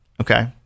Okay